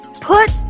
put